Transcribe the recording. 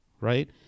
right